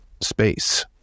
space